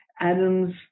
Adams